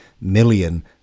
million